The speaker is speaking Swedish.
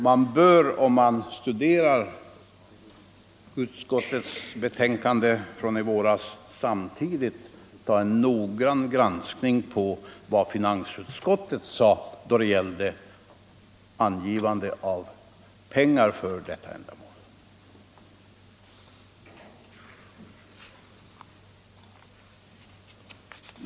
Man bör, om man studerar utskottets betänkande från i våras, samtidigt företa en noggrann granskning av vad finansutskottet sade då det gällde anvisande av pengar för detta ändamål.